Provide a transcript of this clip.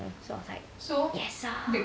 so I was like yes ah